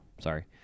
sorry